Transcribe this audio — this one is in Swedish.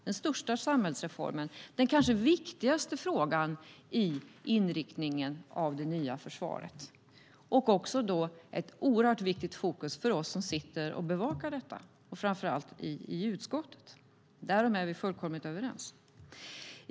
Det är kanske den viktigaste frågan i inriktningen av det nya försvaret. Det innebär ett oerhört viktigt fokus för oss som sitter och bevakar frågan, framför allt i utskottet. Därom är vi fullkomligt överens.